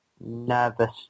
nervous